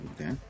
okay